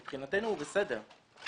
מבחינתנו הוא בסדר.